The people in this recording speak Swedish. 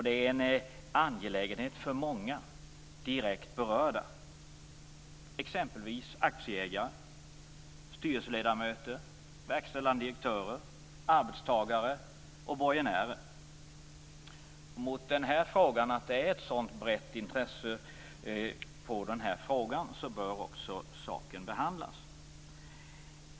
Det är en angelägenhet för många direkt berörda, exempelvis aktieägare, styrelseledamöter, verkställande direktörer, arbetstagare och borgenärer. Eftersom det finns ett sådant brett intresse kring den här frågan bör också saken behandlas.